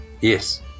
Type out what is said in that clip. yes